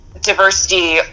diversity